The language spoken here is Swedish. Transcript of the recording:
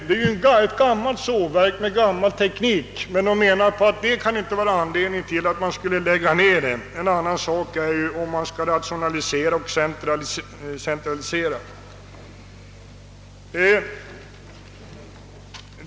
Sågverket är gammalt och har en gammal teknik, men man anser att den omständigheten inte utgör anledning att lägga ned verksamheten.